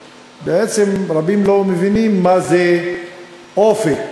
ורבים לא מבינים מה זה אופק